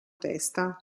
testa